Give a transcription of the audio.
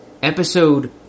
Episode